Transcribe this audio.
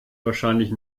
wahrscheinlich